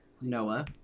Noah